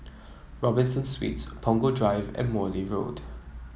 Robinson Suites Punggol Drive and Morley Road